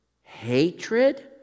hatred